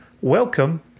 Welcome